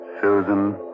Susan